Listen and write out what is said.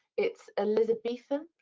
it's elizabethan?